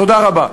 תודה רבה.